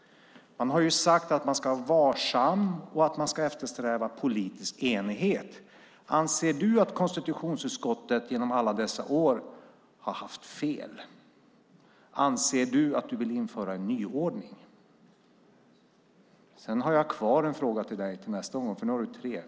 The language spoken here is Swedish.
Man har ju sagt att man ska vara varsam och att man ska eftersträva politisk enighet. Anser du att konstitutionsutskottet genom alla dessa år har haft fel? Anser du att vi ska införa en nyordning? Jag har kvar en fråga till nästa replikomgång.